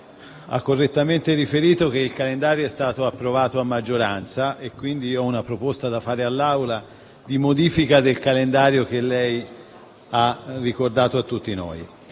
ha correttamente riferito che il calendario è stato approvato a maggioranza, ho quindi una proposta da fare all'Assemblea di modifica del calendario che lei ha ricordato a tutti noi.